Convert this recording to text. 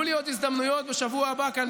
יהיו לי עוד הזדמנויות בשבוע הבא כאן,